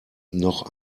noch